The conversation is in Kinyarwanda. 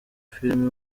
filime